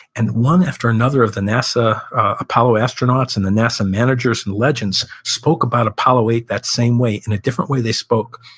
and one after another of the nasa apollo astronauts and the nasa managers and legends spoke about apollo eight that same way, in a different way they spoke,